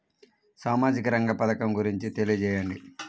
సామాజిక రంగ పథకం గురించి తెలియచేయండి?